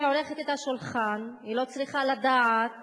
היא עורכת את השולחן, היא לא צריכה לדעת